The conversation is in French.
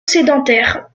sédentaire